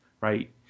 right